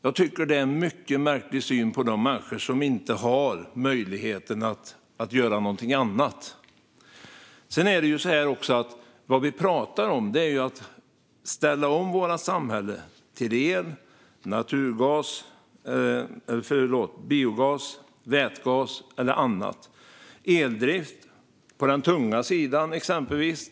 Jag tycker att det är en mycket märklig syn på de människor som inte har någon annan möjlighet. Vad vi pratar om är att ställa om vårt samhälle till biogas och vätgasdrift eller exempelvis eldrift på den tunga sidan.